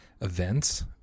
events